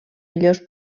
millors